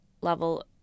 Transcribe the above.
level